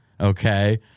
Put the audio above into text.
okay